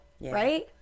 right